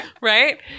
Right